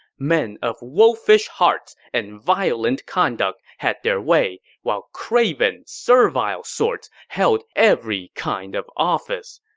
men of wolfish hearts and violent conduct had their way, while craven, servile sorts held every kind of office.